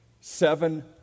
seven